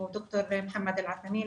ד"ר מוחמד אלעתאמין,